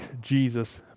Jesus